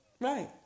Right